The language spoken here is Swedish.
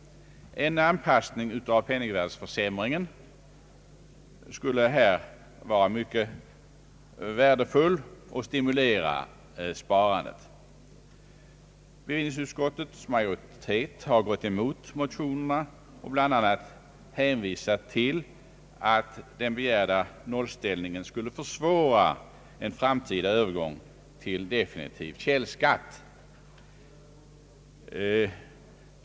En anpassning med hänsyn till penningvärdeförsämringen skulle här vara mycket värdefull och skulle stimulera sparandet. Bevillningsutskottets majoritet har gått emot motionerna och bla. hänvisat till att den begärda nollställningen skulle försvåra en framtida övergång till definitiv källskatt.